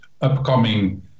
upcoming